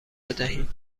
بدهید